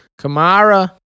Kamara